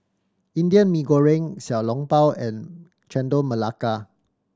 Indian Mee Goreng Xiao Long Bao and Chendol Melaka